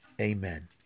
Amen